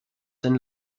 dem